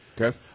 Okay